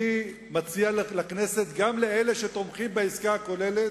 אני מציע לכנסת, גם לאלה שתומכים בעסקה הכוללת,